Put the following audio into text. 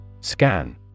scan